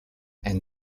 and